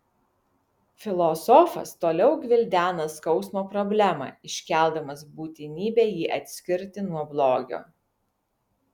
filosofas toliau gvildena skausmo problemą iškeldamas būtinybę jį atskirti nuo blogio